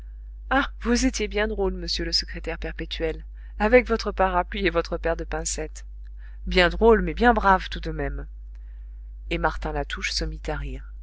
ah vous étiez bien drôle monsieur le secrétaire perpétuel avec votre parapluie et votre paire de pincettes bien drôle mais bien brave tout de même et martin latouche se